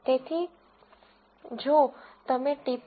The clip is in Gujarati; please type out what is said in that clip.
તેથી જો તમે ટી